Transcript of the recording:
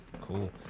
cool